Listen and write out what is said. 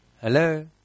Hello